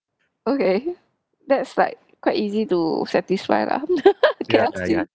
okay that's like quite easy to satisfy lah K_F_C